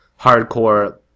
hardcore